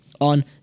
on